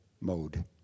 mode